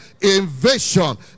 invasion